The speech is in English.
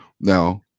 now